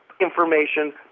information